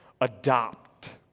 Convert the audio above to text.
Adopt